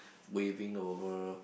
waving over